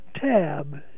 Tab